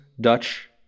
Dutch